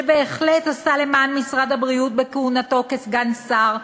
שבהחלט עשה למען משרד הבריאות בכהונתו כסגן שר,